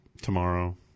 tomorrow